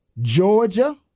Georgia